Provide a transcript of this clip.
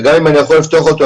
וגם אם אני יכול לפתוח אותו,